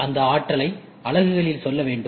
அந்த ஆற்றலை அலகுகளில் சொல்ல வேண்டும்